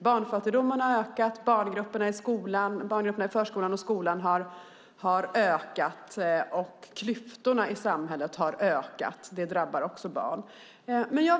Barnfattigdomen har ökat, storleken på barngrupperna i förskolan och skolan har ökat och klyftorna i samhället har ökat. Det drabbar också barn.